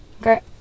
Okay